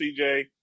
CJ